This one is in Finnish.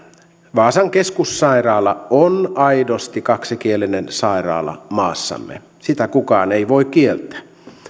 vaasan keskussairaala on aidosti kaksikielinen sairaala maassamme sitä kukaan ei voi kieltää